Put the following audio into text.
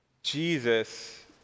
Jesus